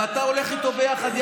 ואתה הולך איתו ביחד,